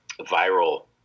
viral